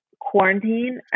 quarantine